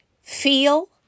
feel